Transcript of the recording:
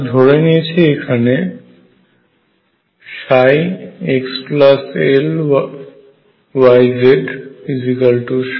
আমরা ধরে নিয়েছি এখানে xLyz xyz